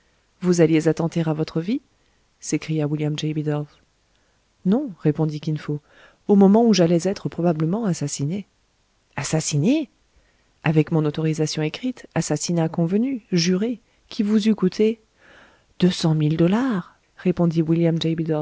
vous alliez attenter à votre vie s'écria william j bidulph non répondit kin fo au moment où j'allais être probablement assassiné assassiné avec mon autorisation écrite assassinat convenu juré qui vous eût coûté deux cent mille dollars répondit william